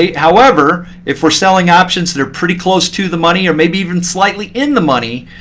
ah however, if we're selling options that are pretty close to the money or maybe even slightly in the money,